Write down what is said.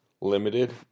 limited